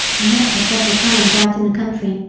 i met her several times out in the country,